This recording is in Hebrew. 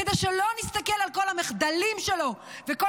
כדי שלא נסתכל על כל המחדלים שלו וכל